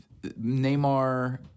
Neymar